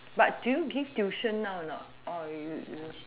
but do you give tuition now or not or you you